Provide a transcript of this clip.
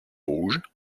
rouge